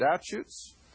statutes